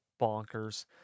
bonkers